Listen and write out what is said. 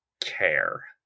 care